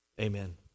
amen